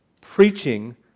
preaching